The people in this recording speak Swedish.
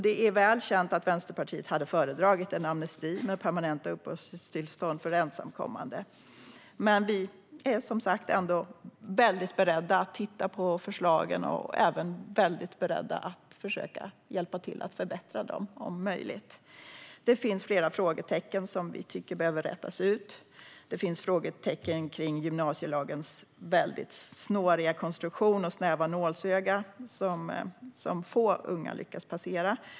Det är väl känt att Vänsterpartiet hade föredragit en amnesti med permanenta uppehållstillstånd för ensamkommande. Men vi är ändå beredda att titta på förslagen och att om möjligt hjälpa till att förbättra dem. Det finns flera frågetecken i förslaget som behöver rätas ut. Gymnasielagens snåriga konstruktion och snäva nålsöga är det få unga som lyckas passera.